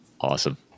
Awesome